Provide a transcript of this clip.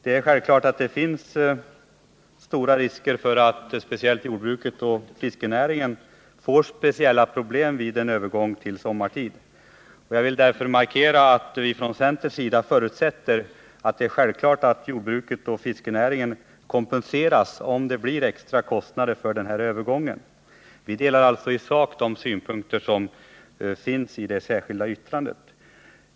Det är givet att det finns stora risker för att speciellt jordbruket och fiskenäringen får speciella problem vid en övergång till sommartid. Jag vill därför markera att vi från centerns sida förutsätter att det skall vara självklart att jordbruket och fiskenäringen kompenseras, om det blir extra kostnader för den här övergången. Vi ansluter oss alltså i sak till de synpunkter som finns i det särskilda yttrandet.